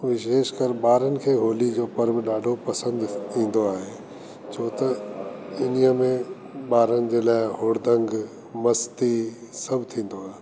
विशेषकर ॿारनि खे होली जो पर्व ॾाढो पसंदि इंदो आहे छो त इन्हीअ में ॿारनि जे लाइ हुड़दंग मस्ती सभु थींदो आहे